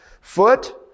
foot